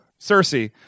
Cersei